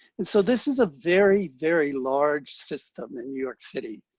and so this is a very, very large system in new york city,